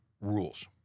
rules